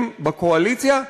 גם חברים בקואליציה,